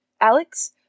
Alex